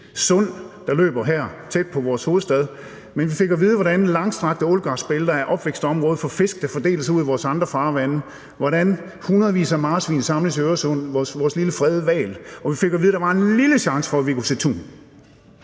– der løber her tæt på vores hovedstad. Vi fik at vide, hvordan langstrakte ålegræsbælter er opvækstområde for fisk, der fordeler sig ud i vores andre farvande, hvordan hundredvis af marsvin – vores lille fredede hval – samles i Øresund, og vi fik at vide, at der var en lille chance for, at vi kunne se tun.